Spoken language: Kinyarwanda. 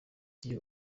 iyo